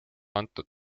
antud